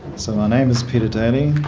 so my name is peter daly,